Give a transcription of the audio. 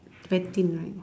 betting right